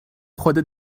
خودت